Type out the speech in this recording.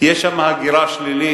כי יש שם הגירה שלילית,